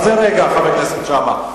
מה זה "רגע", חבר הכנסת שאמה.